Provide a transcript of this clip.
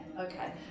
Okay